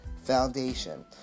foundation